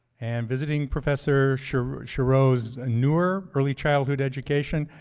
and visiting professor shairoz shairoz anur early childhood education.